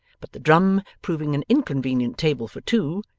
but the drum proving an inconvenient table for two,